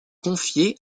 confiée